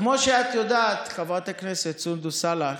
כמו שאת יודעת, חברת הכנסת סונדוס סאלח,